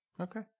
Okay